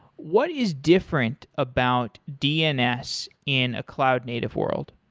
what is different about dns in a cloud native world?